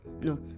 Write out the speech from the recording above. No